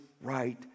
right